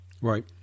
Right